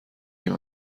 این